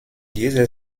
dieser